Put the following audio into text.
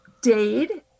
Dade